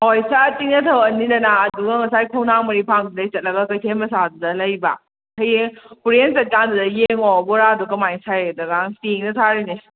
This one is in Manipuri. ꯍꯣꯏ ꯆꯞ ꯇꯤꯡꯅ ꯊꯧꯔꯛꯑꯅꯤꯗꯅ ꯑꯗꯨꯒ ꯉꯁꯥꯏ ꯈꯣꯡꯅꯥꯡ ꯃꯔꯤ ꯐꯥꯡꯕꯗꯨꯗꯩ ꯆꯠꯂꯒ ꯀꯩꯊꯦꯜ ꯃꯆꯥꯗꯨꯗ ꯂꯩꯕ ꯍꯌꯦꯡ ꯍꯣꯔꯦꯟ ꯆꯠꯀꯥꯟꯗꯨꯗ ꯌꯦꯡꯉꯣ ꯕꯣꯔꯥꯗꯣ ꯀꯃꯥꯏ ꯁꯥꯏ ꯆꯦꯡꯅ ꯁꯥꯔꯤꯅꯦ